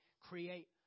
create